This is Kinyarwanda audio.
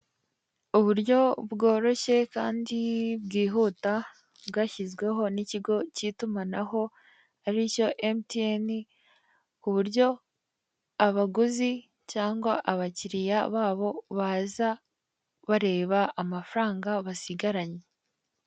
Uburyo bworoshye kandi bwihuta bwashyizweho n'ikigo cy'itumanaho aricyo mtn ku buryo abaguzi cyangwa abakiriya babo baza bareba amafaranga basigaranye.